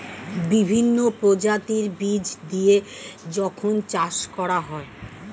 বিভিন্ন প্রজাতির বীজ দিয়ে যখন চাষ করা হয়